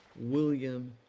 William